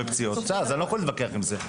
פציעות אז אנחנו לא יכולים להתווכח עם זה.